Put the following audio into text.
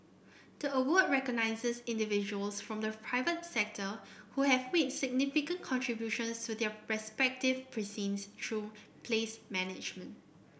the award recognises individuals from the private sector who have made significant contributions to their respective precincts through place management